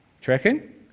tracking